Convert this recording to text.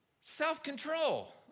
self-control